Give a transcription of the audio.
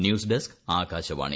news desk Akashvani